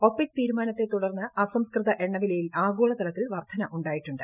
OPEC തീരുമാനത്തെ ത്തുടർന്ന് അസംസ്കൃത എണ്ണ വിലയിൽ ആഗോളതലത്തിൽ വർധന ഉണ്ടായിട്ടുണ്ട്